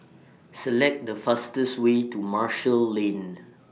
Select The fastest Way to Marshall Lane